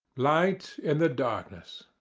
light in the darkness.